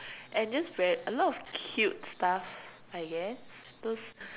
and just read a lot of cute stuff I guess those